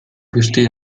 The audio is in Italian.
questi